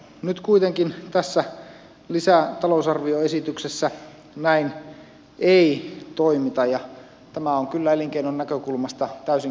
nyt kuitenkaan tässä lisätalousarvioesityksessä näin ei toimita ja tämä on kyllä elinkeinon näkökulmasta täysin kestämätöntä